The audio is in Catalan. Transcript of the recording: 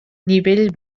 nivell